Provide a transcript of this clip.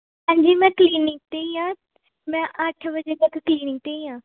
ਹਾਂਜੀ ਮੈਂ ਕਲੀਨਿਕ 'ਤੇ ਹੀ ਹਾਂ ਮੈਂ ਅੱਠ ਵਜੇ ਤੱਕ ਕਲੀਨਿਕ 'ਤੇ ਹੀ ਹਾਂ